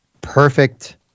perfect